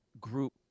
group